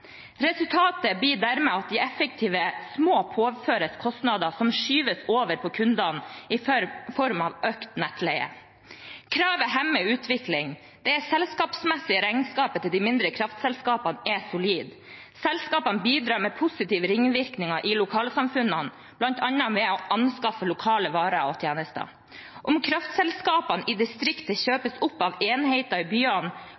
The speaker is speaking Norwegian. Resultatet blir dermed at de effektive små påføres kostnader som skyves over på kundene i form av økt nettleie. Kravet hemmer utvikling. Det selskapsmessige regnskapet til de mindre kraftselskapene er solid. Selskapene bidrar med positive ringvirkninger i lokalsamfunnene, bl.a. ved å anskaffe lokale varer og tjenester. Om kraftselskapene i distriktene kjøpes opp av enheter i byene,